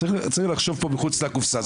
צריך לחשוב כאן מחוץ לקופסה.